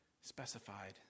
specified